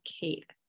Kate